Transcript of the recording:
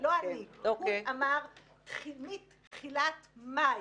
הקצתה לזה משאבים?